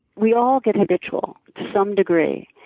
we all get habitual to some degree,